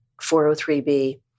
403b